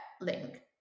link